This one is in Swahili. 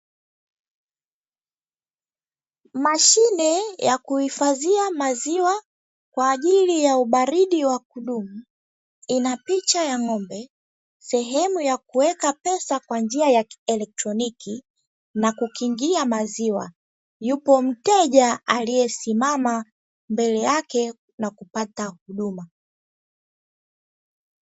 Mashine ya kuhifadhia maziwa kwaajili ya ubaridi wa kutosha ina picha ya ngombe, sehemu ya kuwekea pesa kwa njia ya kielectroniki na kukingia maziwa yupo mteja aliesimama mbele yake na kupata huduma.